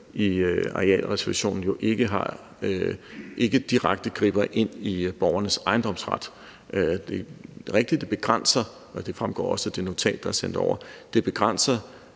i arealreservationen, jo ikke direkte griber ind i borgernes ejendomsret. Det er rigtigt, at det begrænser handlemulighederne – og det fremgår også af det notat, der er sendt over – fuldstændig